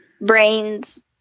Brain's